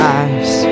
eyes